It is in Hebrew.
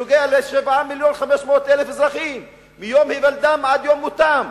שנוגע ל-7.5 מיליוני אזרחים מיום היוולדם עד יום מותם,